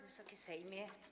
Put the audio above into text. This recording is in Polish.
Wysoki Sejmie!